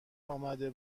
امده